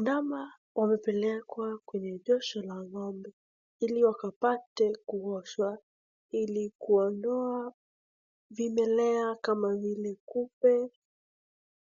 Ndama wamepelekwa kwenye josho la ng'ombe ili wakapate kuoshwa ili kuondoa vimelea kama vile kupe